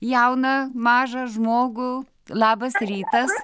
jauną mažą žmogų labas rytas